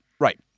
Right